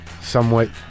somewhat